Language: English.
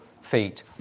feet